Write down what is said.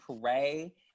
pray